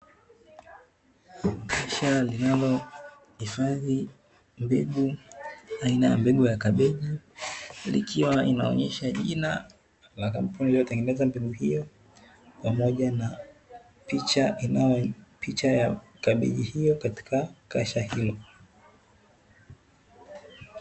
Kasha linalohifadhi mbegu, aina ya mbegu ya kabeji, likiwa inaonyesha jina la kampuni iliyotengeneza mbegu hiyo pamoja na picha ya kabeji hiyo katika kasha hilo.